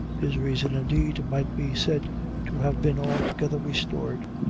his reason, indeed, might be said to have been altogether restored.